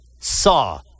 Saw